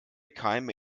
keime